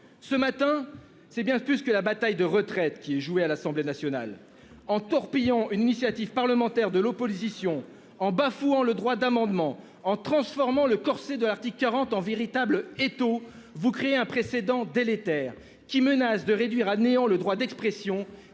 Ce matin c'est bien plus que la bataille de retraite qui est joué à l'Assemblée nationale en torpillant une initiative parlementaire de l'opposition en bafouant le droit d'amendement, en transformant le corset de l'article 40 ans véritable étau vous créez un précédent délétère qui menacent de réduire à néant le droit d'expression